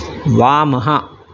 वामः